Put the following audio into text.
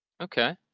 Okay